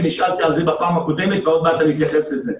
שעל זה נשאלתי בפעם הקודמת ועוד מעט אני אתייחס לזה,